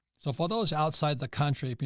so for those outside the country, if you